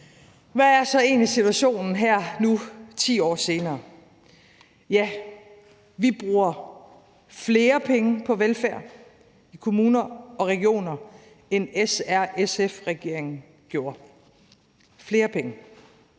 Hvad er så egentlig situationen nu her 10 år senere? Ja, vi bruger flere penge på velfærd, kommuner og regioner, end SRSF-regeringen gjorde – flere penge